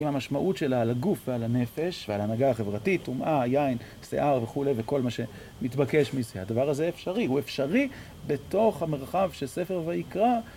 עם המשמעות שלה על הגוף ועל הנפש ועל ההנהגה החברתית, טומאה, יין, שיער וכולי וכל מה שמתבקש מזה. הדבר הזה אפשרי, הוא אפשרי בתוך המרחב של ספר ויקרא.